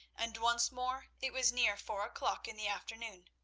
and once more it was near four o'clock in the afternoon.